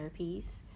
therapies